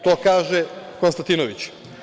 To kaže Konstantinović.